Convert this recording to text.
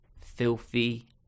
Filthy